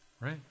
Right